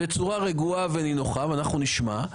הוא יסביר בצורה רגועה ונינוחה ואנחנו נשמע אותו.